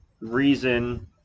reason